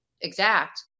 exact